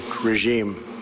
regime